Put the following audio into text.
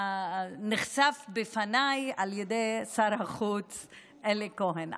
נחשף בפניי על ידי שר החוץ אלי כהן,